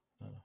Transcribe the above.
no